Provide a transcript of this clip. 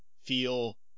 feel